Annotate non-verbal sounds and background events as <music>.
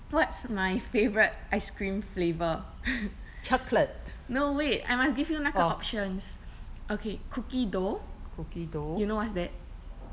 what's my favourite ice cream flavour <laughs> no wait I must give you 那个 options okay cookie dough you know what is that